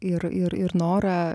ir ir ir norą